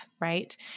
right